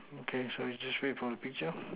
okay sorry just wait for the picture